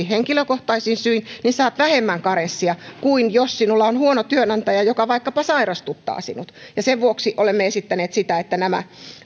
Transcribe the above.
henkilökohtaisin syin saat vähemmän karenssia kuin silloin jos sinulla on huono työnantaja joka vaikkapa sairastuttaa sinut sen vuoksi olemme esittäneet sitä että nämä